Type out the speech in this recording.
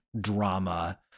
drama